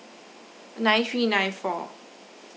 nine three nine four